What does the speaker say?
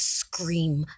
scream